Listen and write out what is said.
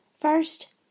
First